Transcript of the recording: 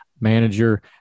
manager